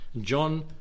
John